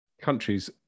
countries